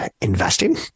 investing